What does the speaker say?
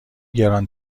گران